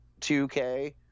2K